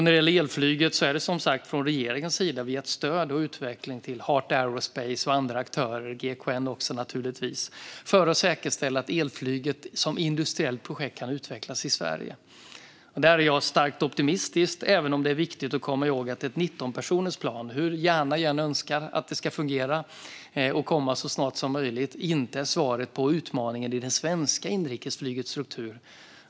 Regeringen har som sagt gett stöd till Heart Areospace, GKN och andra aktörer för att säkerställa att elflyget som industriellt projekt kan utvecklas i Sverige. Här är jag starkt optimistisk, även om det är viktigt att komma ihåg att ett 19-personersplan, hur gärna jag än önskar att det ska fungera och komma så snart som möjligt, inte är svaret på utmaningen i det svenska inrikesflygets struktur.